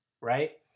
right